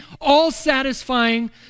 all-satisfying